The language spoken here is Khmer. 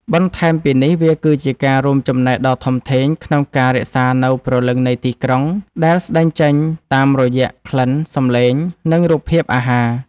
បន្ថែមពីនេះ វាគឺជាការរួមចំណែកដ៏ធំធេងក្នុងការរក្សានូវ ព្រលឹងនៃទីក្រុង ដែលស្តែងចេញតាមរយៈក្លិន សំឡេង និងរូបភាពអាហារ។